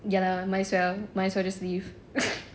ya lah might as well might as well just leave